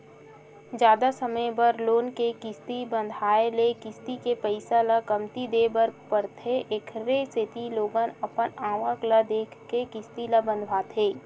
जादा समे बर लोन के किस्ती ल बंधाए ले किस्ती के पइसा ल कमती देय बर परथे एखरे सेती लोगन अपन आवक ल देखके किस्ती ल बंधवाथे